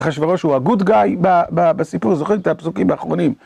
חשברו שהוא הגוד גאי בסיפור, זוכרים את הפסוקים האחרונים?